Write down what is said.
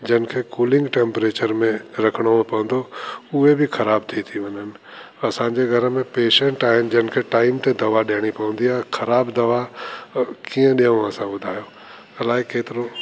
जंहिंखे cooling temperature में रखिणो पवंदो उहे बि ख़राब थी ती वञनि असांजे घर में पेशंट आहिनि जंहिंखे टाइम ते दवा ॾियणी पवंदी आहे ख़राबु दवा कीअं ॾियूं असां ॿुधायो अलाए केतिरो